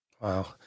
Wow